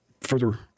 further